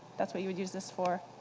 that's what you'd use this for.